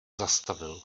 zastavil